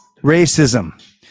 Racism